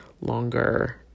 longer